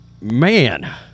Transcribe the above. Man